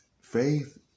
faith